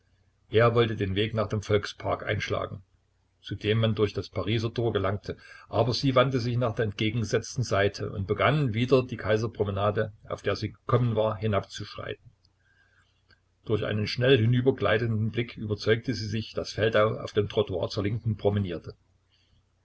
er wollte den weg nach dem volkspark einschlagen zu dem man durch das pariser tor gelangte aber sie wandte sich nach der entgegengesetzten seite und begann wieder die kaiserpromenade auf der sie gekommen war hinabzuschreiten durch einen schnell hinübergleitenden blick überzeugte sie sich daß feldau auf dem trottoir zur linken promenierte